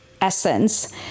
essence